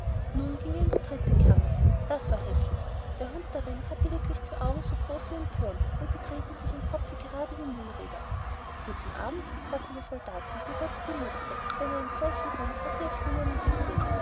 nun ging er in die dritte kammer das war häßlich der hund darin hatte wirklich zwei augen so groß wie ein turm und die drehten sich im kopfe gerade wie mühlräder guten abend sagte der soldat und berührte die mütze denn einen solchen hund hatte er früher nie gesehen